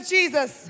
Jesus